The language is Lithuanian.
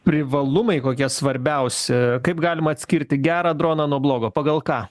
privalumai kokie svarbiausi kaip galima atskirti gerą droną nuo blogo pagal ką